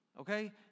okay